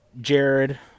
Jared